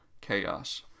chaos